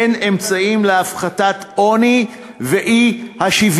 הן אמצעים להפחתת עוני ואי-שוויון,